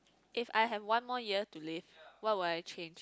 if I have one more year to live what would I change